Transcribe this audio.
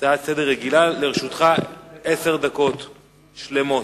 הצעה לסדר רגילה, לרשותך עשר דקות שלמות.